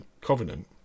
Covenant